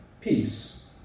peace